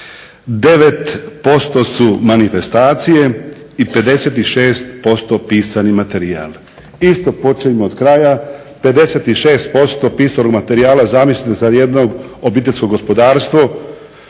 9% su manifestacije i 56% pisani materijal. Isto počinjemo od kraja, 56% pisanog materijala, zamislite sad jedno obiteljsko gospodarstvo